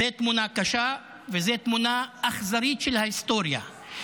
זאת תמונה קשה, וזאת תמונה אכזרית של ההיסטוריה.